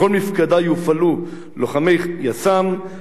בכל מפקדה יופעלו לוחמי יס"מ,